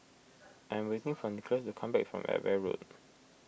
I'm waiting for Nicolas to come back from Edgware Road